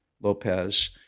Lopez